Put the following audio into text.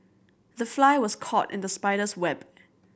the fly was caught in the spider's web